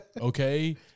okay